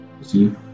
see